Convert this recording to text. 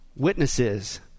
witnesses